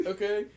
Okay